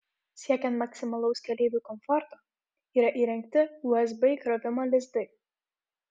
siekiant maksimalaus keleivių komforto yra įrengti usb įkrovimo lizdai